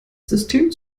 system